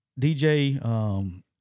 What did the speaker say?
DJ –